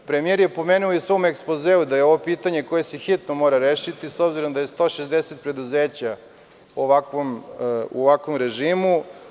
Premijer je pomenuo u svom ekspozeu da je ovo pitanje koje se hitno mora rešiti, s obzirom da je 160 preduzeća u ovakvom režimu.